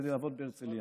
כדי לעבוד בהרצליה.